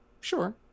Sure